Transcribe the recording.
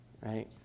right